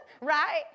right